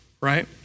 right